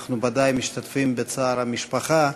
אנחנו ודאי משתתפים בצער המשפחה,